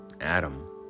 adam